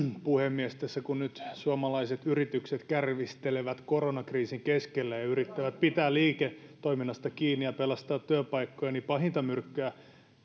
puhemies tässä kun nyt suomalaiset yritykset kärvistelevät koronakriisin keskellä ja yrittävät pitää liiketoiminnasta kiinni ja pelastaa työpaikkoja niin pahinta myrkkyä